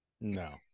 No